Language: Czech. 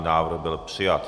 Návrh byl přijat.